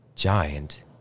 Giant